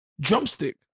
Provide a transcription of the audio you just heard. drumstick